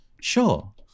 Sure